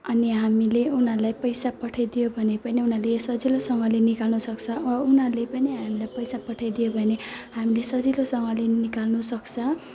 अनि हामीले उनीहरूलाई पैसा पठाइदियो भने पनि उनीहरूले सजिलोसँगले निकाल्नसक्छ उनीहरूले पनि हामीलाई पैसा पठाइदियो भने हामीले सजिलोसँगले निकाल्नसक्छौँ